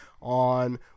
on